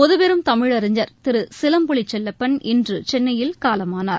முதுபெரும் தமிழறிஞர் திரு சிலம்பொலி செல்லப்பன் இன்று சென்னையில் காலமானார்